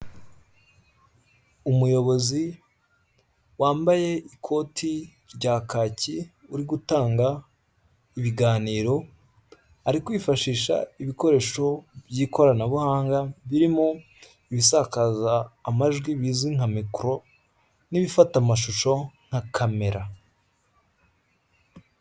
Umuyobozi wambaye ikoti rya kaki uri gutanga ibiganiro ari kwifashisha ibikoresho by'ikoranabuhanga, birimo ibisakaza amajwi bizwi nka mikoro n'ibifata amashusho nka kamera.